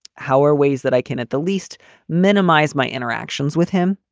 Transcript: how or ways that i can at the least minimize my interactions with him,